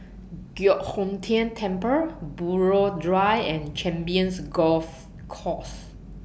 Giok Hong Tian Temple Buroh Drive and Champions Golf Course